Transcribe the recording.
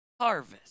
harvest